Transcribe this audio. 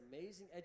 amazing